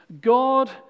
God